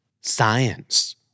science